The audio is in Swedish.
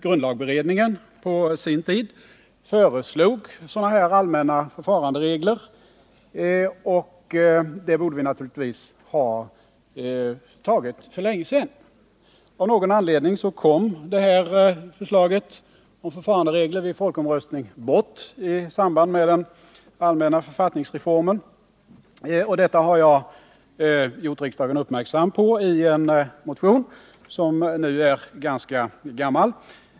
: Grundlagberedningen föreslog på sin tid att man skulle fastställa allmänna förfaringsregler, och riksdagen borde ha fattat beslut om sådana för länge sedan. Av någon anledning kom förslaget bort i samband med behandlingen av den allmänna författningsreformen, och detta har jag gjort riksdagen uppmärksam på i en motion som nu är ganska gammal.